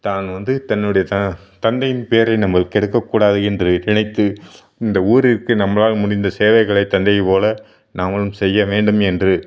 தான் வந்து தன்னுடைய த தந்தையின் பேரை நம்ப கெடுக்கக்கூடாது என்று நினைத்து இந்த ஊரிற்கு நம்பளால் முடிந்த சேவைகளை தந்தை போல் நாமளும் செய்ய வேண்டும் என்று